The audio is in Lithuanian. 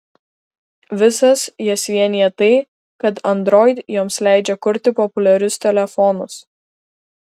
visas jas vienija tai kad android joms leidžia kurti populiarius telefonus